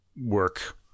work